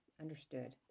understood